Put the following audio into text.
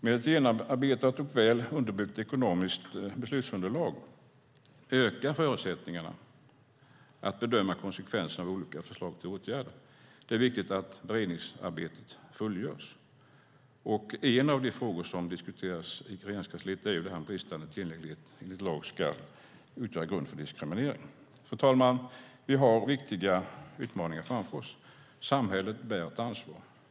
Med ett genomarbetat och väl underbyggt ekonomiskt beslutsunderlag ökar förutsättningarna att bedöma konsekvenserna av olika förslag till åtgärder. Det är viktigt att beredningsarbetet fullföljs. En av de frågor som diskuterades i Regeringskansliet är om bristande tillgänglighet enligt lag ska utgöra grund för diskriminering. Fru talman! Vi har viktiga utmaningar framför oss. Samhället bär ett ansvar.